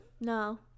No